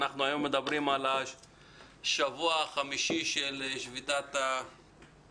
אנחנו היום מדברים על השבוע החמישי של שביתת הסגל,